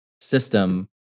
system